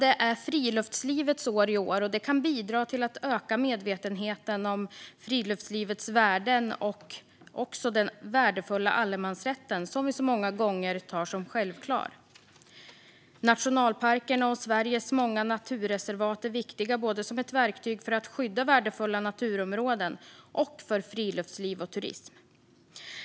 Det är friluftslivets år i år, och det kan bidra till att öka medvetenheten om friluftslivets värden och den värdefulla allemansrätten som vi så många gånger tar som självklar. Nationalparkerna och Sveriges många naturreservat är viktiga både som ett verktyg för att skydda värdefulla naturområden och för friluftsliv och turism.